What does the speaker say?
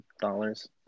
dollars